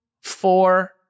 four